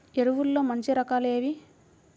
ఎరువుల్లో మంచి రకాలు ఏవి?